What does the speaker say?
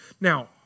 Now